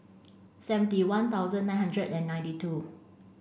seventy one thousand nine hundred and ninety two